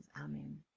amen